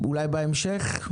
אולי בהמשך?